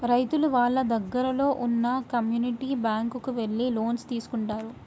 రైతులు వాళ్ళ దగ్గరలో ఉన్న కమ్యూనిటీ బ్యాంక్ కు వెళ్లి లోన్స్ తీసుకుంటారు